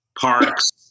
parks